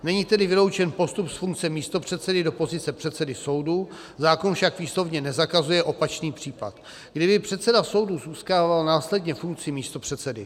Není tedy vyloučen postup z funkce místopředsedy do pozice předsedy soudu, zákon však výslovně nezakazuje opačný případ, kdy by předseda soudu získával následně funkci místopředsedy.